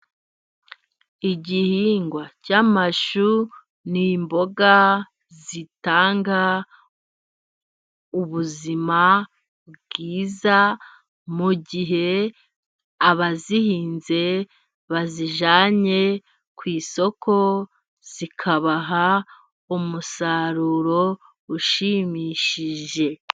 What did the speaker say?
Igihingwa cy'amashu, ni imboga zitanga ubuzima bwiza mu gihe abazihinze bazijyanye ku isoko ,zikabaha umusaruro ushimishije.